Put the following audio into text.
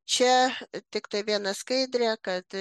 čia tiktai viena skaidrė kad